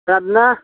गाबनाङा